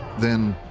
then,